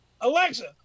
Alexa